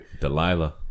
Delilah